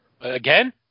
Again